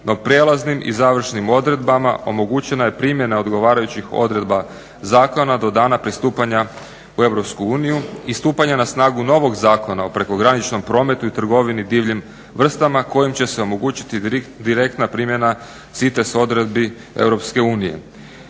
no prijelaznim i završnim odredbama omogućena je primjena odgovarajućih odredba zakona do dana pristupanja u EU i stupanja na snagu novog Zakona o prekograničnom prometu i trgovini divljim vrstama kojim će se omogućiti direktna primjena CITES odredbi EU.